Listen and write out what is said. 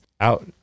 out